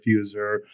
diffuser